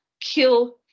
kill